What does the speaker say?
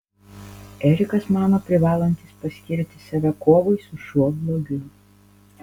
erikas mano privalantis paskirti save kovai su šiuo blogiu